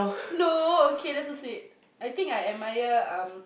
no okay that's so sweet I think admire um